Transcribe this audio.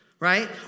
right